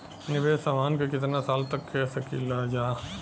निवेश हमहन के कितना साल तक के सकीलाजा?